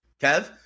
Kev